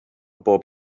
bob